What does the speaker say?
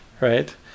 Right